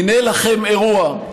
הינה לכם אירוע: